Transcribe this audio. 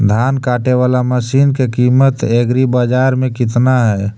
धान काटे बाला मशिन के किमत एग्रीबाजार मे कितना है?